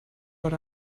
but